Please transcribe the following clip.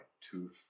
two